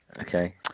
Okay